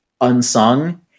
unsung